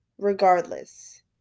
Regardless